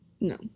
No